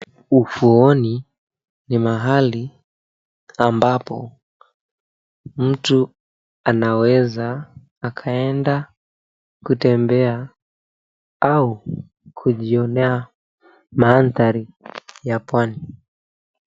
Ufuoni ni mahali ambapo mtu anaweza akaenda kutembea au kujionea mandhari ya pwani.